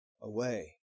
away